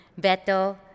Beto